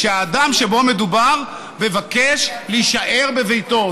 כשהאדם שבו מדובר מבקש להישאר בביתו.